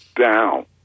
down